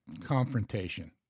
confrontation